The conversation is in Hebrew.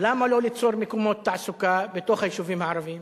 למה לא ליצור מקומות תעסוקה בתוך היישובים הערביים?